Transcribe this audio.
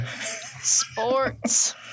Sports